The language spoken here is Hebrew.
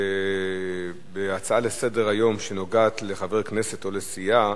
בהצעה לסדר-היום שנוגעת לחבר כנסת או לסיעה,